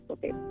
Okay